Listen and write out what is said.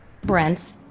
Brent